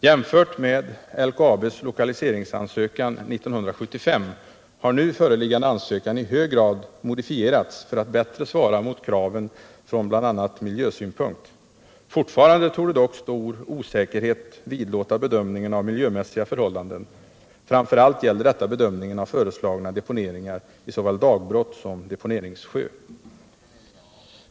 Jämfört med LKAB:s lokaliseringsansökan 1975 har nu föreliggande ansökan i hög grad modifierats för att bättre svara mot kraven från bl.a. miljösynpunkt. Fortfarande torde dock stor osäkerhet vidlåda bedömningen av miljömässiga förhållanden. Framför allt gäller detta bedömningen av föreslagna deponeringar i såväl dagbrott som deponeringssjö.